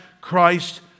Christ